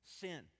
Sin